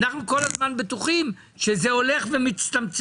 אנחנו בטוחים שכל הזמן זה הולך ומצטמצם,